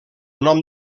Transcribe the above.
nom